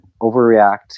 overreact